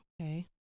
Okay